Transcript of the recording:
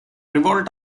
revolt